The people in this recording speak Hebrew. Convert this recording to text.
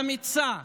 אמיצה,